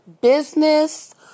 business